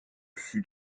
sud